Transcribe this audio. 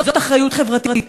זאת אחריות חברתית,